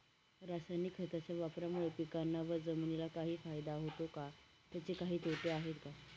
रासायनिक खताच्या वापरामुळे पिकांना व जमिनीला काही फायदा होतो का? त्याचे काही तोटे आहेत का?